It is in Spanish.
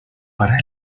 para